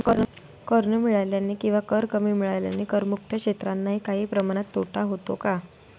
कर न मिळाल्याने किंवा कर कमी मिळाल्याने करमुक्त क्षेत्रांनाही काही प्रमाणात तोटा होतो का?